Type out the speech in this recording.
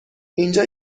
اینجا